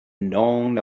known